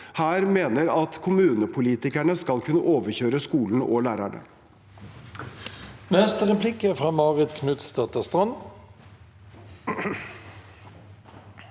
her mener at kommunepolitikerne skal kunne overkjøre skolen og lærerne.